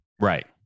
Right